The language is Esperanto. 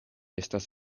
estis